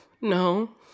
No